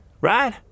right